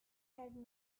had